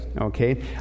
okay